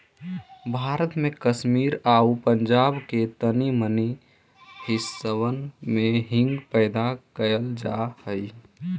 भारत में कश्मीर आउ पंजाब के तानी मनी हिस्सबन में हींग पैदा कयल जा हई